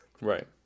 right